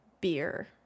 beer